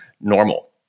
normal